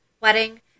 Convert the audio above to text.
wedding